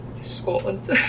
Scotland